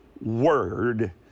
word